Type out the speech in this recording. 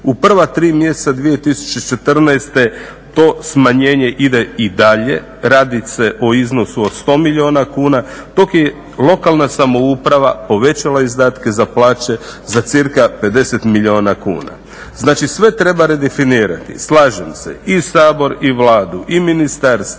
u prva tri mjeseca 2014.to smanjenje ide i dalje, radi se o iznosu od 100 milijuna kuna dok je lokalna samouprava povećala izdatke za plaće za cca 50 milijuna kuna. Znači sve treba redefinirati, slažem se i Sabor i Vladu i ministarstva